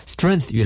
Strength